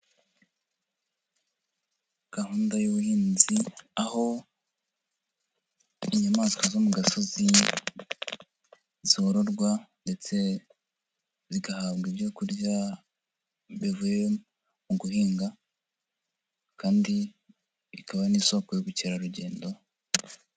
Gahunda y'ubuhinzi, aho inyamaswa zo mu gasozi zororwa ndetse zigahabwa ibyo kurya bivuye mu guhinga kandi bikaba n'isoko y'ubukerarugendo.